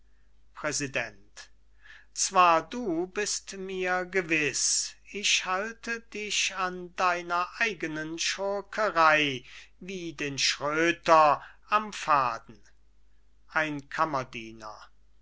präsident zwar bist du mir gewiß ich halte dich an deiner eigenen schurkerei wie den schröter am faden ein kammerdiener